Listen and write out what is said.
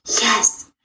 yes